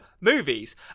movies